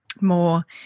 more